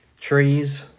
Trees